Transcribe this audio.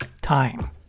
time